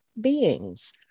beings